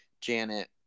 Janet